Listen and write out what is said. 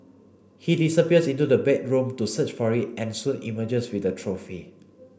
he disappears into the bedroom to search for it and soon emerges with the trophy